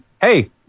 hey